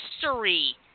history